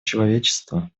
человечества